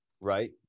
right